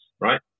right